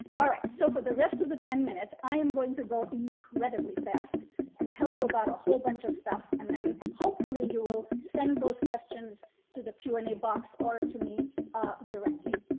alright, so for the rest of the ten minutes i am going to go incredibly fast and tell you about a whole bunch of stuff and then hopefully you will send those questions to the q and a box or to me directly.